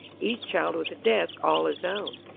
each child with a desk all his own.